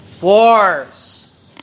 Wars